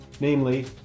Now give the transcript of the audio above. namely